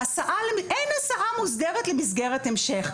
אין הסעה מוסדרת למסגרת המשך.